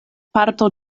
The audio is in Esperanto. parto